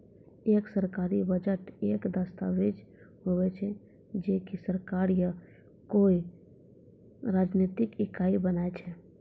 एक सरकारी बजट एक दस्ताबेज हुवै छै जे की सरकार या कोय राजनितिक इकाई बनाय छै